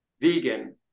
vegan